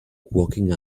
walking